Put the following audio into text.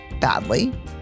badly